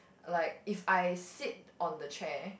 like if I sit on the chair